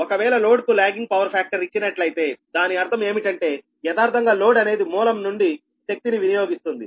ఒకవేళ లోడ్ కు lagging power factor ఇచ్చినట్లయితే దాని అర్థం ఏమిటంటే యదార్ధంగా లోడ్ అనేది మూలం నుండి శక్తిని వినియోగిస్తుంది